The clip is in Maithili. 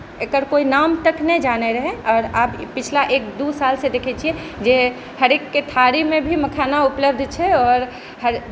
एकर नाम तक नहि कोई जानै रहै आओर अब पिछला एक दू साल से देखै छी जे हरेकके थारीमे भी मखाना उपलब्ध छै आओर हर